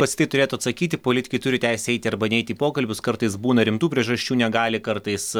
pats tai turėtų atsakyti politikai turi teisę eiti arba neiti į pokalbius kartais būna rimtų priežasčių negali kartais